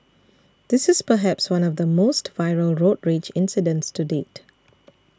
this is perhaps one of the most viral road rage incidents to date